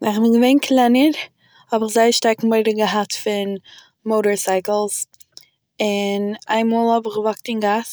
ווען איך בין געווען קלענער, האב איך זייער שטארק מורא געהאט פון מאטארסייקלס און, איינמאל האב איך געוואקט אין גאס